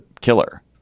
killer